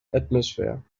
atmosphere